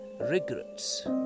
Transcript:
regrets